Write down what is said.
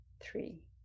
three